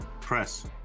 press